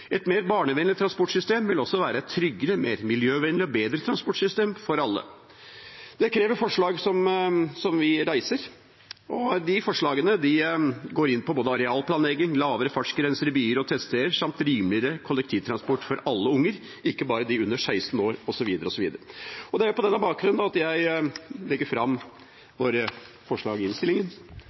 Et mer barnevennlig transportsystem vil også være et tryggere, mer miljøvennlig og bedre transportsystem for alle. Det krever forslag som vi reiser, og de forslagene går inn på både arealplanlegging, lavere fartsgrenser i byer og tettsteder samt rimeligere kollektivtransport for alle barn, ikke bare dem under 16 år, osv. Det er på denne bakgrunn jeg legger fram våre forslag i